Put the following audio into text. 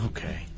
Okay